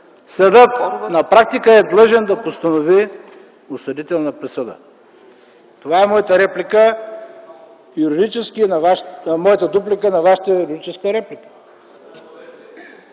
Съдът на практика е длъжен да постанови осъдителна присъда. Това е моята дуплика на Вашата юридическа реплика.